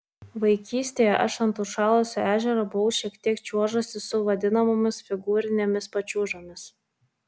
vaikystėje aš ant užšalusio ežero buvau šiek tiek čiuožusi su vadinamomis figūrinėmis pačiūžomis